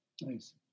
Nice